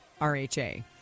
RHA